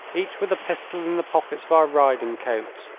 each with a pistol in the pockets of our riding coats,